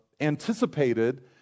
anticipated